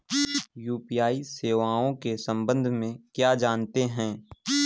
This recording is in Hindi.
यू.पी.आई सेवाओं के संबंध में क्या जानते हैं?